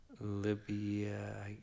Libya